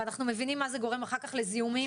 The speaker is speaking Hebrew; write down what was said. ואנחנו מבינים שאחר כך זה גורם לזיהומים.